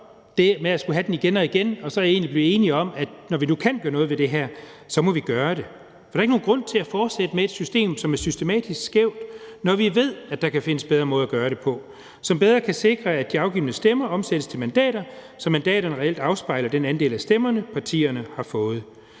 det med at skulle have den igen og igen og så egentlig blive enige om, at når vi nu kan gøre noget ved det her, så må vi gøre det. For der er ikke nogen grund til at fortsætte med et system, som er systematisk skævt, når vi ved, at der kan findes bedre måder at gøre det på, som bedre kan sikre, at de afgivne stemmer omsættes til mandater, så mandaterne reelt afspejler den andel af stemmerne, partierne har fået.